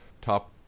top